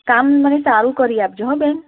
કામ મને સારું કરી આપજો હં બેન